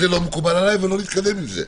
זה לא מקובל עליי ולא נתקדם עם זה.